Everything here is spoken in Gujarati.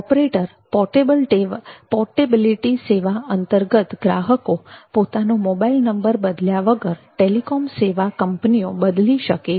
ઓપરેટર પોર્ટેબિલિટી સેવા અંતર્ગત ગ્રાહકો પોતાનો મોબાઈલ નંબર બદલ્યા વગર ટેલિકોમ સેવા કંપનીઓ બદલી શકે છે